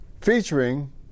featuring